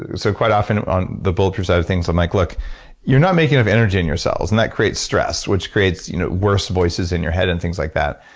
so quite often on the bulletproof side of things i'm like look you're not making enough energy in your cells, and that creates stress, which creates you know worse voices in your head and things like that.